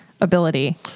ability